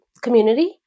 community